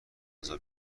غذا